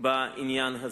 בעניין הזה.